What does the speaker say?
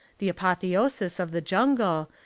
the apotheosis of the jungle,